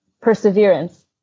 perseverance